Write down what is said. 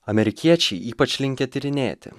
amerikiečiai ypač linkę tyrinėti